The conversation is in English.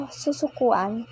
susukuan